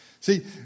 See